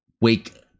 Wake